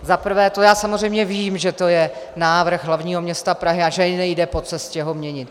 Za prvé, to já samozřejmě vím, že to je návrh hlavního města Prahy a že nejde po cestě ho měnit.